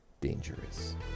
dangerous